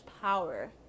power